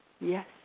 Yes